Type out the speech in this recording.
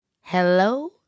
Hello